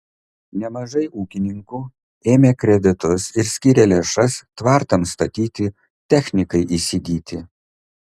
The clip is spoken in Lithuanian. nemažai ūkininkų ėmė kreditus ir skyrė lėšas tvartams statyti technikai įsigyti